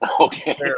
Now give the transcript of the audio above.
Okay